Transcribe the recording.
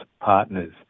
partners